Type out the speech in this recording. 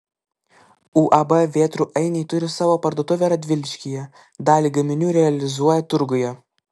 uab vėtrų ainiai turi savo parduotuvę radviliškyje dalį gaminių realizuoja turguje